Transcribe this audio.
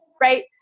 Right